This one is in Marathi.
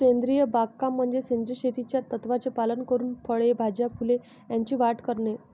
सेंद्रिय बागकाम म्हणजे सेंद्रिय शेतीच्या तत्त्वांचे पालन करून फळे, भाज्या, फुले यांची वाढ करणे